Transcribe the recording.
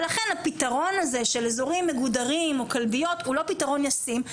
לכן הפתרון הזה של אזורים מגודרים או כלביות הוא לא פתרון ישים.